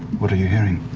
what are you hearing?